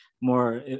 more